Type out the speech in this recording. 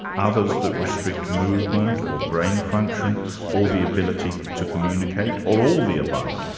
others that restrict movement or brain function or the ability to communicate, or all the above.